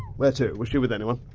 where to? was she with anyone?